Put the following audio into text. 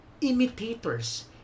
imitators